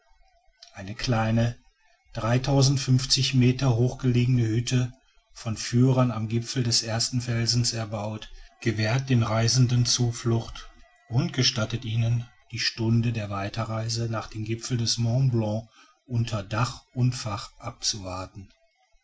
eine kleine meter hoch gelegene hütte von führern am gipfel des ersten felsens erbaut gewährt den reisenden zuflucht und gestattet ihnen die stunde der weiterreise nach dem gipfel des mont blanc unter dach und fach abzuwarten